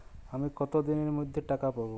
আমি কতদিনের মধ্যে টাকা পাবো?